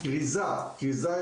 אלא גם כריזה.